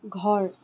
ঘৰ